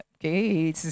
okay